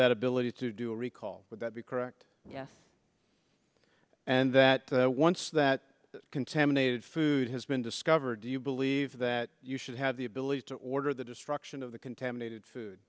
that ability to do a recall would that be correct yes and that once that contaminated food has been discovered do you believe that you should have the ability to order the destruction of the contaminated food